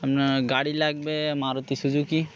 আপনার গাড়ি লাগবে মারুতি শুধু কি